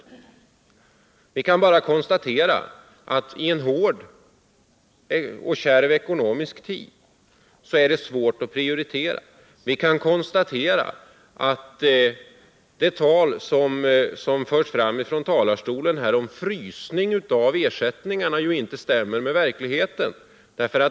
Det är helt enkelt så att det i en ekonomiskt hård och kärv tid är svårt att prioritera. De uppgifter om frysning av ersättningarna som man fört fram från denna talarstol stämmer inte med verkligheten.